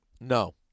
No